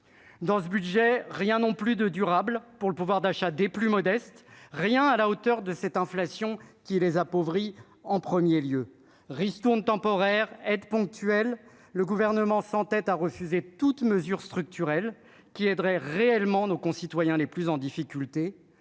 dans ce budget, rien non plus de durable pour le pouvoir d'achat des plus modestes, rien à la hauteur de cette inflation qui les appauvrit en 1er lieu ristourne temporaire aide ponctuelle, le gouvernement s'en-tête à refuser toute mesure structurelle qui aiderait réellement nos concitoyens les plus en difficulté,